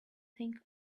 think